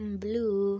blue